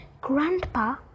Grandpa